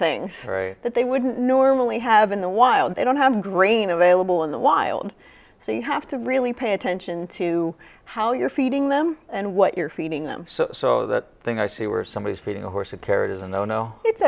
things that they wouldn't normally have in the wild they don't have grain available in the wild so you have to really pay attention to how you're feeding them and what you're feeding them so that thing i see where somebody